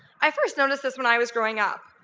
i first noticed this when i was growing up.